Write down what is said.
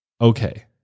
okay